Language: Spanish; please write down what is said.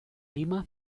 lima